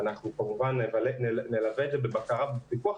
אנחנו כמובן נלווה את זה בבקרה ובפיקוח,